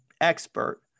expert